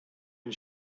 and